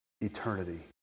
eternity